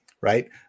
right